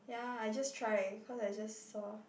ya I just try cause I just saw